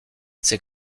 ses